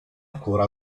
ancora